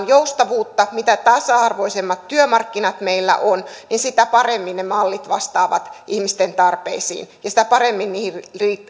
joustavuutta mitä tasa arvoisemmat työmarkkinat meillä on niin sitä paremmin ne mallit vastaavat ihmisten tarpeisiin ja sitä paremmin niihin myös